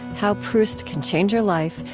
how proust can change your life,